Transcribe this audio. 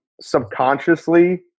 subconsciously